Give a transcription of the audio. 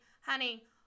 honey